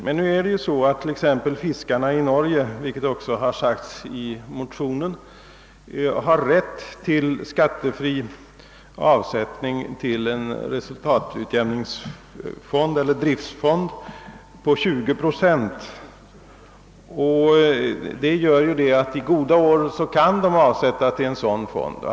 Men t.ex. fiskarna i Norge — detta har framhållits i motionen — har rätt till skattefri avsättning med 20 procent till en resultatutjämningsfond eller driftsfond. Detta gör att fiskarna under goda år kan avsätta medel till en sådan fond.